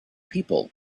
people